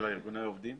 ארגוני העובדים.